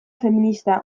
feminista